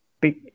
pick